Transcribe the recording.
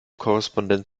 korrespondent